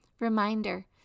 Reminder